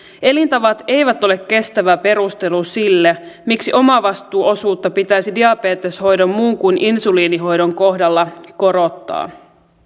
elintavat eivät ole kestävä perustelu sille miksi omavastuuosuutta pitäisi diabeteshoidon muun kuin insuliinihoidon kohdalla korottaa